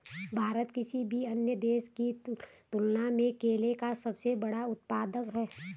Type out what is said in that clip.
भारत किसी भी अन्य देश की तुलना में केले का सबसे बड़ा उत्पादक है